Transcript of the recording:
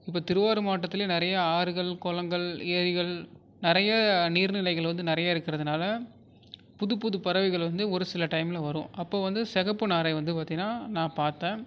இப்போ திருவாரூர் மாவட்டத்திலேயே நிறைய ஆறுகள் குளங்கள் ஏரிகள் நிறைய நீர் நிலைகள் வந்து நிறைய இருக்கிறதுனால புது புது பறவைகள் வந்து ஒருசில டைமில் வரும் அப்போ வந்து சிகப்பு நாரை வந்து பார்த்திங்கன்னா நான் பாத்தேன்